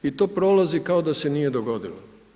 I to prolazi kao da se nije dogodilo.